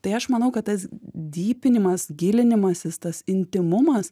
tai aš manau kad tas dypinimas gilinimasis tas intymumas